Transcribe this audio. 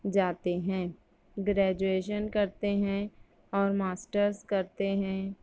جاتے ہیں گریجویشن کرتے ہیں اور ماسٹرس کرتے ہیں